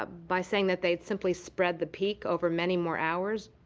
ah by saying that they simply spread the peak over many more hours.